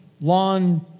lawn